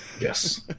Yes